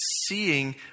seeing